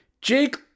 Jake